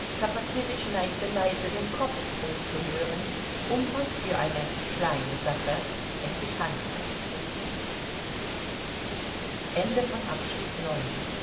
neigte leise den kopf um zu hören um was für eine kleine sache es sich handle